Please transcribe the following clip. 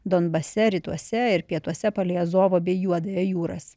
donbase rytuose ir pietuose palei azovo bei juodąją jūras